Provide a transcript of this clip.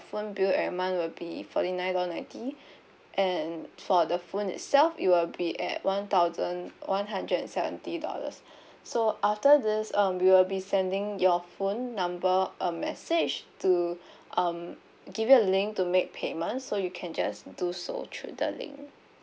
phone bill every month will be forty nine dollar ninety and for the phone itself it will be at one thousand one hundred and seventy dollars so after this um we will be sending your phone number a message to um give you a link to make payment so you can just do so through the link